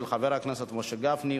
של חברי הכנסת משה גפני,